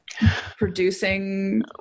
producing